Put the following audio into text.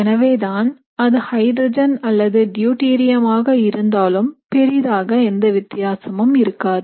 எனவேதான் அது ஹைட்ரஜன் அல்லது டியூடெரியம் ஆக இருந்தாலும் பெரிதாக எந்த வித்தியாசமும் இருக்காது